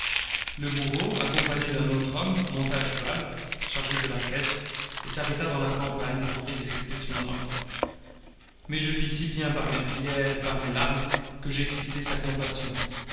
le bourreau accompagné d'un autre homme monta à cheval chargé de la caisse et s'arrêta dans la campagne pour exécuter son ordre mais je fis si bien par mes prières et par mes larmes que j'excitai sa compassion